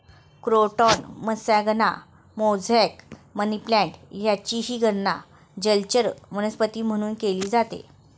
croton मत्स्यांगना, mosaic, money plant यांचीही गणना जलचर वनस्पती म्हणून केली जाते